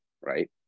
right